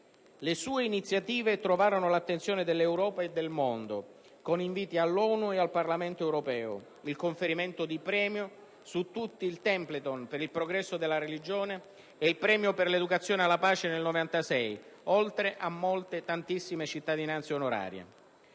Le sue iniziative trovarono l'attenzione dell'Europa e del mondo con inviti all'ONU ed al Parlamento europeo, il conferimento di premi, su tutti il "Templeton", per il progresso della religione ed il "Premio per l'educazione alla pace" nel 1986, oltre a molte, tantissime cittadinanze onorarie.